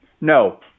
No